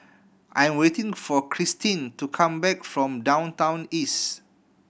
I'm waiting for Christeen to come back from Downtown East